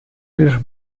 лишь